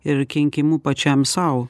ir kenkimu pačiam sau